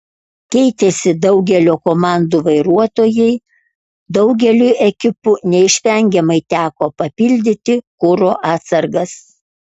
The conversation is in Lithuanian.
keitėsi daugelio komandų vairuotojai daugeliui ekipų neišvengiamai teko papildyti kuro atsargas